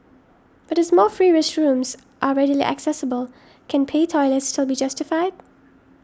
but as more free restrooms are readily accessible can pay toilets still be justified